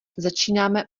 začínáme